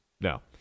No